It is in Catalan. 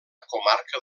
comarca